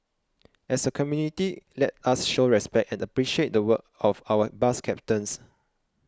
as a community let us show respect and appreciate the work of our bus captains